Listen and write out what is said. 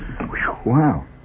Wow